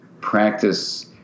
practice